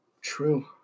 True